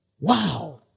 Wow